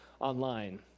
online